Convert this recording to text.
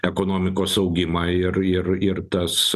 ekonomikos augimą ir ir ir tas